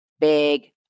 big